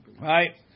Right